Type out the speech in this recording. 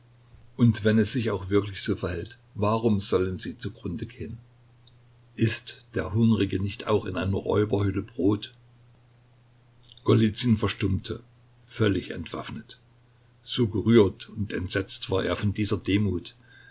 und wenn es sich auch wirklich so verhält warum sollen sie zugrunde gehen ißt der hungrige nicht auch in einer räuberhöhle brot golizyn verstummte völlig entwaffnet so gerührt und entsetzt war er von dieser demut